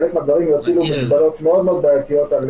חלק מהדברים יכולים להיות מאוד בעייתיים על